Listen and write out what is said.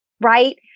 right